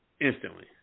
Instantly